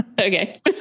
Okay